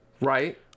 Right